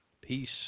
Peace